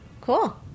Cool